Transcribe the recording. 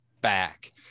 back